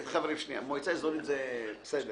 חברים, שנייה, מועצה אזורית זה בסדר.